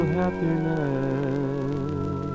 happiness